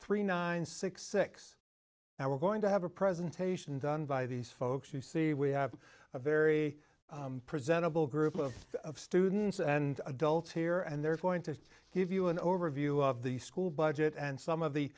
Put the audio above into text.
three nine six six now we're going to have a presentation done by these folks you see we have a very presentable group of students and adults here and they're going to give you an overview of the school budget and some of the